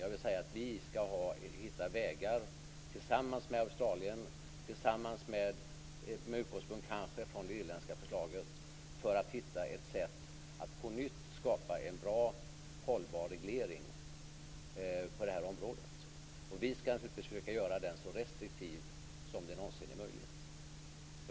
Jag vill säga att vi skall hitta vägar tillsammans med Australien, kanske med utgångspunkt i det irländska förslaget, för att nå ett sätt att på nytt skapa en bra och hållbar reglering på det här området. Vi skall naturligtvis försöka att göra den så restriktiv som det någonsin är möjligt.